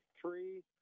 three